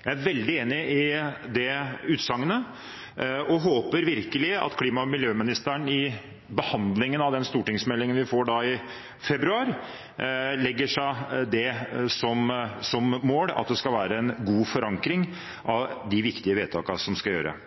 Jeg er veldig enig i det utsagnet og håper virkelig at klima- og miljøministeren i behandlingen av den stortingsmeldingen vi får i februar, legger seg det som mål at det skal være en god forankring av de viktige vedtakene som skal